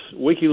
WikiLeaks